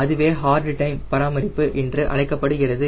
இதுவே hard time பராமரிப்பு என்று அழைக்கப்படுகிறது